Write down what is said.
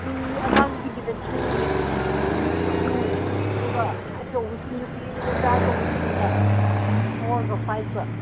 three ꯑꯉꯥꯡꯁꯤꯡꯒꯤꯅ three two ꯑꯗꯨꯒ ꯑꯆꯧꯕꯁꯤꯡ ꯅꯨꯄꯤ ꯃꯆꯥ ꯑꯆꯧꯕꯁꯤꯡꯒꯤꯅ ꯐꯣꯔꯒ ꯐꯥꯏꯕꯀ